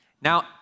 Now